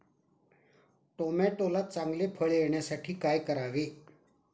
टोमॅटोला चांगले फळ येण्यासाठी काय करावे?